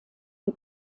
die